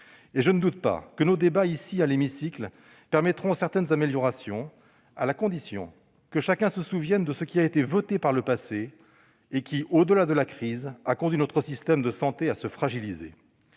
... Je ne doute pas que nos débats permettront certaines améliorations, à la condition que chacun se souvienne de ce qui a été voté par le passé et qui, au-delà de la crise, a conduit notre système de santé à se fragiliser.